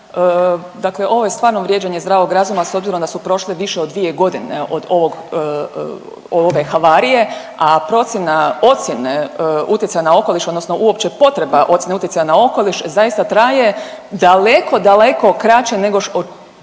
Dakle, ovo je stvarno vrijeđanje zdravog razuma s obzirom da su prošle više od dvije godine od ove havarije, a procjena ocjene utjecaja na okoliš, odnosno uopće potreba ocjene utjecaja na okoliš zaista traje daleko, daleko kraće nego od